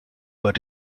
but